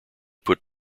put